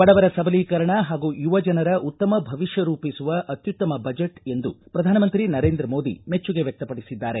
ಬಡವರ ಸಬಲೀಕರಣ ಹಾಗೂ ಯುವಜನರ ಉತ್ತಮ ಭವಿಷ್ಣ ರೂಪಿಸುವ ಅತ್ಯುತ್ತಮ ಬಚೆಟ್ ಎಂದು ಪ್ರಧಾನಮಂತ್ರಿ ನರೇಂದ್ರ ಮೋದಿ ಮೆಚ್ಚುಗೆ ವ್ಯಕ್ತಪಡಿಸಿದ್ದಾರೆ